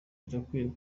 birakwiye